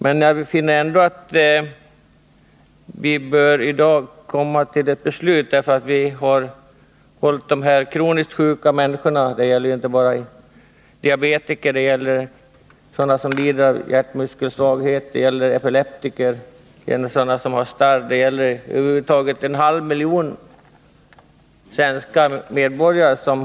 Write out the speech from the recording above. Men jag finner att vi i dag ändå bör komma till ett beslut, eftersom vi har hållit de kroniskt sjuka människorna — inte bara diabetiker, utan även de som lider av hjärtmuskelsvaghet, epileptiker, de som har starr m.fl. — i ovisshet om hur det skall bli. Det gäller totalt en halv miljon svenska medborgare.